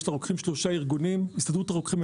לרוקחים יש שלושה ארגונים: הסתדרות הרוקחים,